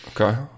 Okay